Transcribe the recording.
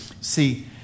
See